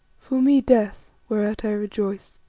for me, death, whereat i rejoice.